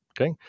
okay